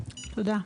תודה.